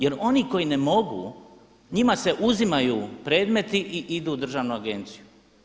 Jer oni koji ne mogu njima se uzimaju predmeti i idu u državnu agenciju.